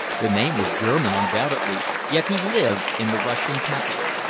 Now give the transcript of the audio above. the name was german undoubtedly, yet he lived in the russian capital.